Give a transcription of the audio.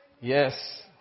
Yes